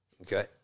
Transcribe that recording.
Okay